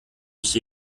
mich